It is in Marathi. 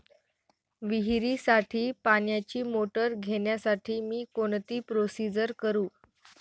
विहिरीसाठी पाण्याची मोटर घेण्यासाठी मी कोणती प्रोसिजर करु?